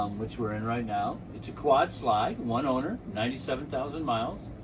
um which we're in right now, it's a quad slide, one owner, ninety seven thousand miles.